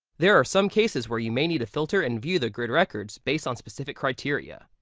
there are some cases where you may need to filter and view the grid records based on specific criteria.